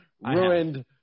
ruined